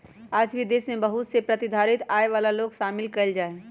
आज भी देश में बहुत ए प्रतिधारित आय वाला लोग शामिल कइल जाहई